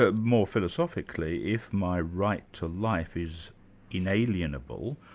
ah more philosophically, if my right to life is inalienable,